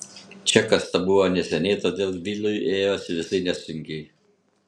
čia kasta buvo neseniai todėl vilui ėjosi visai nesunkiai